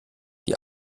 die